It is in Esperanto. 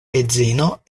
edzino